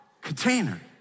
Container